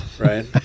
Right